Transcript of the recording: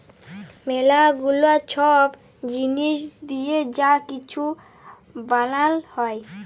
ম্যালা গুলা ছব জিলিস দিঁয়ে যা কিছু বালাল হ্যয়